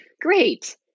Great